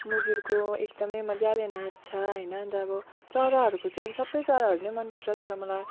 मुजुरको एकदमै मजाले नाच्छ हैन अनि त अब चराहरूको चाहिँ अब सबै चराहरू नै मन पर्छ तर मलाई